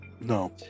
no